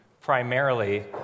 primarily